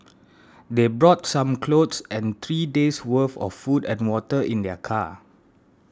they brought some clothes and three days' worth of food and water in their car